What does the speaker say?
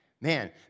Man